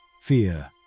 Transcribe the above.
fear